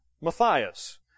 Matthias